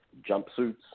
jumpsuits